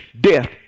death